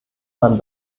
man